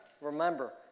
remember